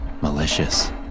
malicious